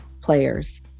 players